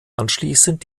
anschließend